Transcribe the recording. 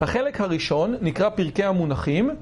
החלק הראשון נקרא פרקי המונחים